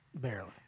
Barely